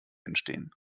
entstehen